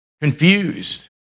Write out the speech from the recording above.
confused